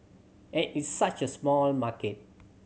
and it's such a small market